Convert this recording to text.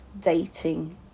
dating